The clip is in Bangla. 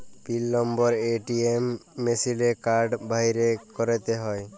পিল লম্বর এ.টি.এম মিশিলে কাড় ভ্যইরে ক্যইরতে হ্যয়